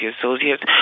Associates